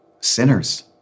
sinners